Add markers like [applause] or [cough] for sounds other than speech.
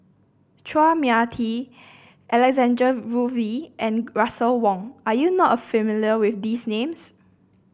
Chua Mia Tee Alexander [unintelligible] and Russel Wong are you not familiar with these names